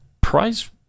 Prize